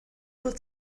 fod